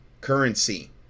currency